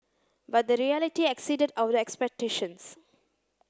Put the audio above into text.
but the reality exceeded our expectations